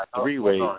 Three-way